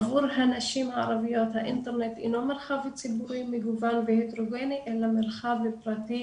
עבור הנשים הערביות אינו מרחב ציבורי מגוון והטרוגני אלא מרחב פרטי,